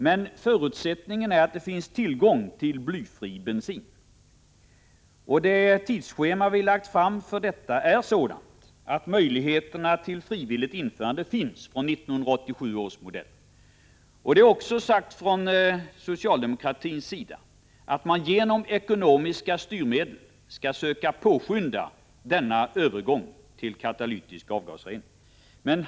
Men förutsätt ningen är att det finns tillgång till blyfri bensin. Det tidsschema som vi har lagt fram är sådant att möjligheterna till frivilligt införande finns från 1987 års modeller. Det är också sagt från socialdemokratins sida att man genom ekonomiska styrmedel skall försöka påskynda övergången till katalytisk avgasrening.